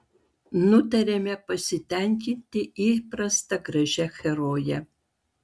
nutarėme pasitenkinti įprasta gražia heroje